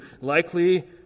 likely